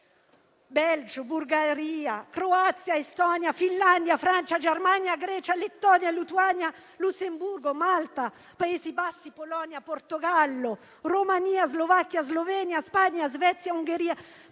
Belgio, Bulgaria, Croazia, Estonia, Finlandia, Francia, Germania, Grecia, Lettonia, Lituania, Lussemburgo, Malta, Paesi Bassi, Polonia, Portogallo, Romania, Slovacchia, Slovenia, Spagna, Svezia e Ungheria;